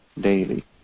daily